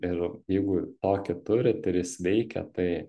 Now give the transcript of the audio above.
ir jeigu tokį turit ir jis veikia tai